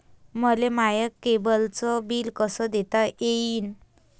मले माया केबलचं बिल कस देता येईन?